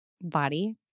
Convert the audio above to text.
body